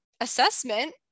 assessment